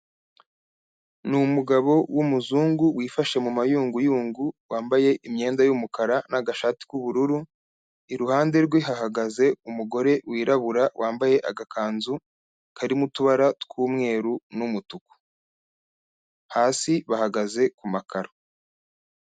Ni umugabo w'umuzungu wifashe mu mayunguyungu, wambaye imyenda y'umukara n'agashati k'ubururu, iruhande rwe hahagaze umugore wirabura wambaye agakanzu karimo utubara tw'umweru n'umutuku. Hasi bahagaze ku makaro.